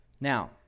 Now